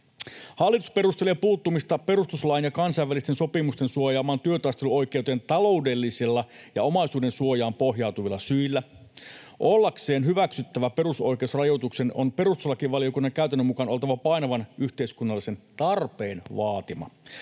Hallitus perustelee puuttumista perustuslain ja kansainvälisten sopimusten suojaamaan työtaisteluoikeuteen taloudellisilla ja omaisuudensuojaan pohjautuvilla syillä. Ollakseen hyväksyttävä perusoikeusrajoituksen on perustuslakivaliokunnan käytännön mukaan oltava painavan yhteiskunnallisen tarpeen vaatima.